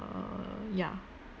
err ya